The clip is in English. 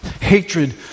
Hatred